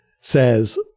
says